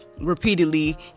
repeatedly